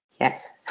Yes